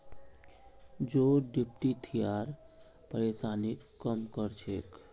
जौ डिप्थिरियार परेशानीक कम कर छेक